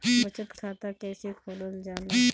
बचत खाता कइसे खोलल जाला?